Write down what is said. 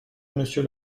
monsieur